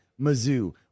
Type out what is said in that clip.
Mizzou